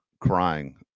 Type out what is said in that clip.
crying